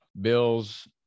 bills